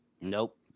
Nope